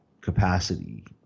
capacity